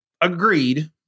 agreed